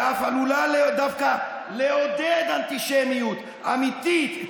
ואף עלולה דווקא לעודד אנטישמיות אמיתית.